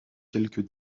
quelques